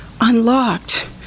unlocked